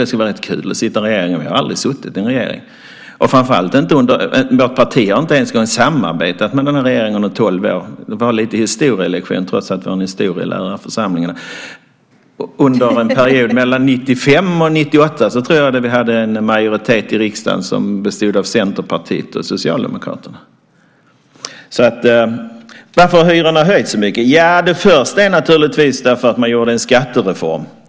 Jag tycker att det skulle vara rätt kul att sitta i en regering, men jag har aldrig gjort det. Vårt parti har inte ens samarbetat med den här regeringen i tolv år - vi får ha en liten historielektion trots att vi har en historielärare i församlingen. Under en period mellan 1995 och 1998, tror jag, hade vi en majoritet i riksdagen som bestod av Centerpartiet och Socialdemokraterna. Varför har hyrorna höjts så mycket? Ja, det första är naturligtvis att man gjorde en skattereform.